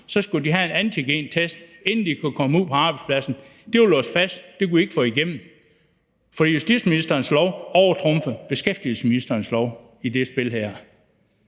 så skulle de have en antigentest, inden de kunne komme ud på arbejdspladsen, var låst fast; det kunne vi ikke få igennem, fordi justitsministerens lov overtrumfede beskæftigelsesministerens lov i det her